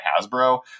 Hasbro